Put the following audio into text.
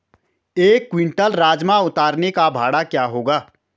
एक क्विंटल राजमा उतारने का भाड़ा क्या होगा?